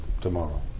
tomorrow